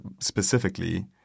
specifically